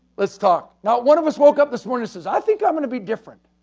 let's talk. now, one of us woke up this morning says, i think i'm going to be different.